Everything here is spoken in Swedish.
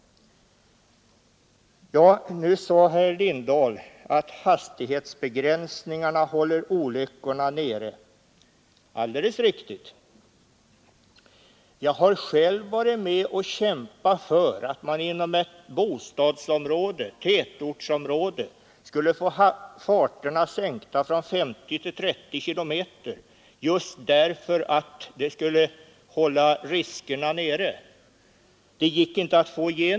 Nu förklarade herr Lindahl att hastighetsbegränsningarna håller antalet olyckor nere. Alldeles riktigt. Jag har själv varit med och kämpat för att man inom ett tätortsområde skulle få farterna sänkta från 50 till 30 kilometer i timmen just därför att riskerna skulle hållas nere.